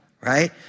right